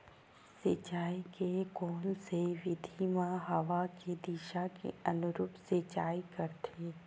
सिंचाई के कोन से विधि म हवा के दिशा के अनुरूप सिंचाई करथे?